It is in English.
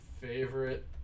favorite